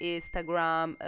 Instagram